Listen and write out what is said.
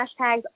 hashtags